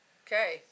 okay